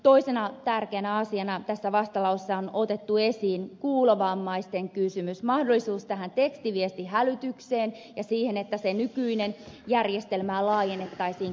toisena tärkeänä asiana tässä vastalauseessa on otettu esiin kuulovammaisten kysymys mahdollisuus tähän tekstiviestihälytykseen ja siihen että nykyistä järjestelmää laajennettaisiin kattavammaksi